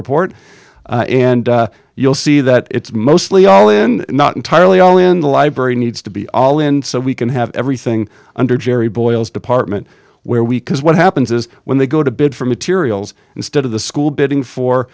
report and you'll see that it's mostly all in not entirely all in the library needs to be all in so we can have everything under jerry boyle's department where we can what happens is when they go to bid for materials instead of the school bidding for